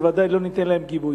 בוודאי לא ניתן להם גיבוי.